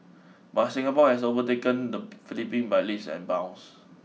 but Singapore has overtaken the Philippine by leaps and bounds